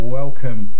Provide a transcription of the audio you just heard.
welcome